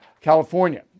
california